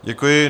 Děkuji.